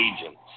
agents